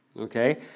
Okay